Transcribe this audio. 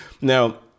Now